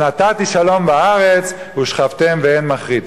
ונתתי שלום בארץ ושכבתם ואין מחריד.